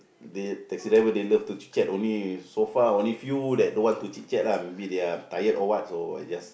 they taxi driver they love to chit-chat only so far only few that don't want to chit-chat lah with me they are tired or what so I just